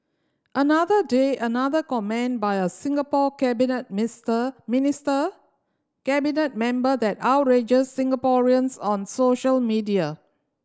another day another comment by a Singapore cabinet mister minister cabinet member that outrages Singaporeans on social media